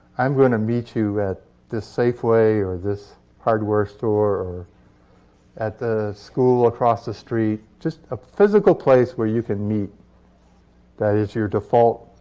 i'm going to meet you at this safeway or this hardware store or at the school across the street just a physical place where you can meet that is your default